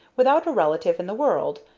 without a relative in the world,